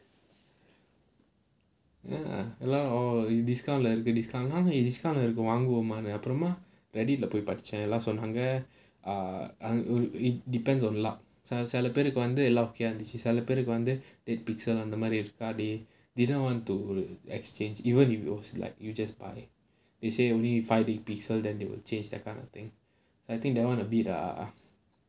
ya a lot of discount இருக்கு:irukku leh discount leh discount leh இருக்கு வாங்குகமான்னு அப்புறமா வெளில போய் படிச்சேன்:irukku vaangukamaanu appuramaa velila poyi padichaen ah எல்லாம் சொல்வாங்க:ellaam solvaanga depends on luck சில பேருக்கு வந்து எல்லாம்:sila perukku vanthu ellaam okay ஆகிருச்சு:aagiruchu eight pixel சில பேருக்கு வந்து:sila perukku vanthu eight pixel அந்த மாதிரி இருக்காது:antha maathiri irukkaathu they don't want to exchange even if it was like you just buy they say only five D pixel then they will change that kind of thing so I think that [one] a bit ah